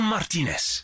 Martinez